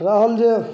रहल जे